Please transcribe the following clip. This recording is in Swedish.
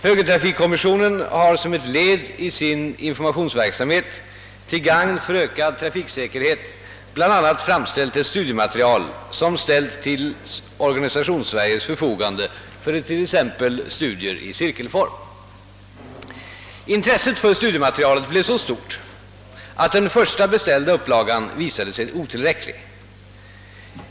Högertrafikkommissionen har som ett led i sin informationsverksamhet till gagn för ökad trafiksäkerhet bl.a. fram ställt ett studiematerial, som ställts till Organisationssveriges förfogande för t.ex. studier i cirkelform. Intresset för studiematerialet blev så stort att den första beställda upplagan visade sig otillräcklig.